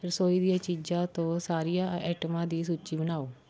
ਰਸੋਈ ਦੀਆਂ ਚੀਜ਼ਾਂ ਤੋ ਸਾਰੀਆਂ ਆਈਟਮਾਂ ਦੀ ਸੂਚੀ ਬਣਾਓ